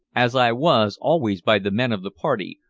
as i was always by the men of the party,